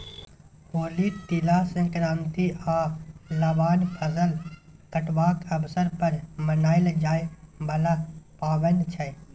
होली, तिला संक्रांति आ लबान फसल कटबाक अबसर पर मनाएल जाइ बला पाबैन छै